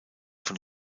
von